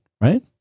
Right